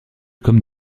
comme